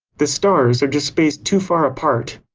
the stars are just spaced too far apart.